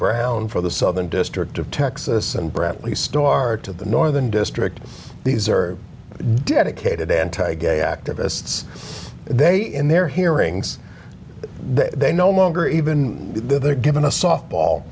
brown for the southern district of texas and brett lee start to the northern district these are dedicated anti gay activists they in their hearings they no longer even though they're given a